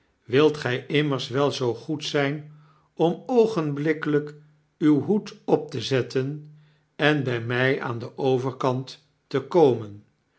wilt gij immers wel zoo goed zyn om oogenblikkelyk uw hoed op te zetten en by mij aan den overkant te komen